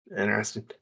interesting